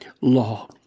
law